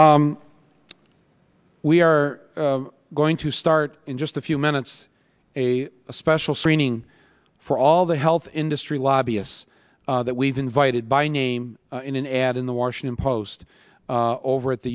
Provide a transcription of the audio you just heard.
and we are going to start in just a few minutes a special screening for all the health industry lobbyists that we've invited by name in an ad in the washington post over at the